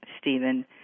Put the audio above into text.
Stephen